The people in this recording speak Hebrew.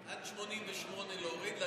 עד 88 להוריד,